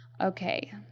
Okay